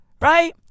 Right